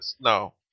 No